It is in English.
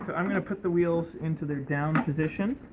i'm going to put the wheels into their down position,